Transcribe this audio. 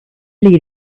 lead